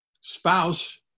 spouse